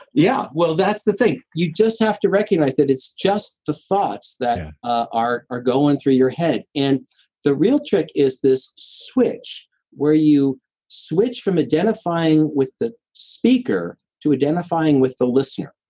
yeah. well, that's the thing, you just have to recognize that it's just the thoughts that are are going through your head. and the real trick is this switch where you switch from identifying with the speaker to identifying with the listener.